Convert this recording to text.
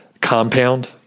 compound